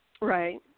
Right